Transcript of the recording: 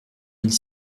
mille